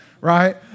right